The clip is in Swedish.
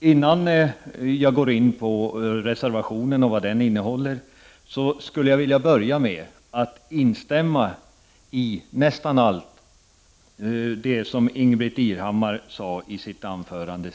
Innan jag går in på reservationen och dess innehåll vill jag börja med att instämma i nästan allt vad Ingbritt Irhammar sade i sitt anförande.